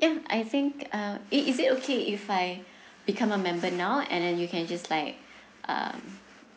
ya I think uh it is it okay if I become a member now and then you can just like um